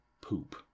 poop